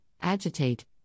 agitate